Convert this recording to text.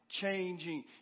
changing